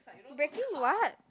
baking what